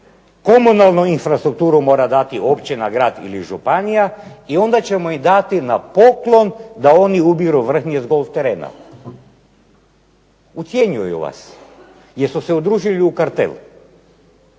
komunalnu infrastrukturu mora dati općina, grad ili županija i onda ćemo im dati na poklon da oni ubiru vrhnje s golf terena. Ucjenjuju vas, jer su se udružili u kartel.